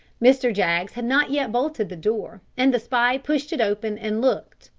mr. jaggs had not yet bolted the door, and the spy pushed it open and looked.